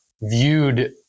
viewed